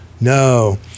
No